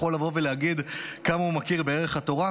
יכול לבוא ולהגיד כמה הוא מכיר בערך התורה.